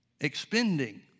expending